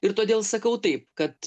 ir todėl sakau taip kad